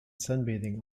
sunbathing